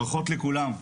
ברכות לכולם.